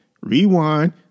rewind